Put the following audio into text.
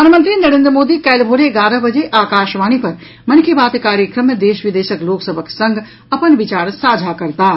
प्रधानमंत्री नरेन्द्र मोदी काल्हि भोर एगारह बजे आकाशवाणी पर मन की बात कार्यक्रम मे देश विदेशक लोक सभक संग अपन विचार साझा करताह